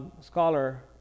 scholar